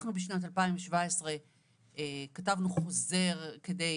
בשנת 2017 אנחנו כתבנו חוזר כדי